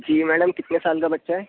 जी madam कितने साल का बच्चा है